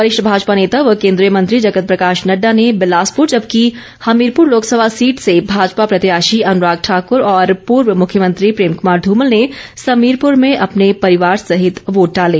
वरिष्ठ भाजपा नेता व केन्द्रीय मंत्री जगत प्रकाश नड़डा ने बिलासपुर जबकि हमीरपुर लोकसभा सीट से भाजपा प्रत्याशी अनुराग ठाकर और पूर्व मुख्यमंत्री प्रेम कुमार धूमल ने समीरपूर में अपने परिवार सहित वोट डाले